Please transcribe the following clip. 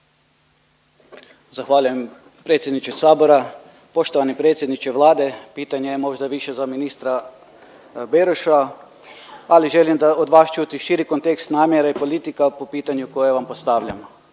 Zahvaljujem predsjedniče Sabora. Poštovani predsjedniče Vlade pitanje je možda više za ministra Beroša, ali želim od vas čuti širi kontekst namjere politika po pitanju koje vam postavljamo.